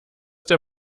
der